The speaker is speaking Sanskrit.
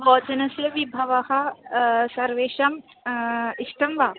भोजनस्य विभवः सर्वेषाम् इष्टं वा